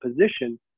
position